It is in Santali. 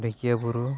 ᱰᱷᱮᱠᱤᱭᱟᱹᱵᱩᱨᱩ